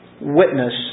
witness